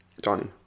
Donnie